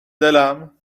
دلم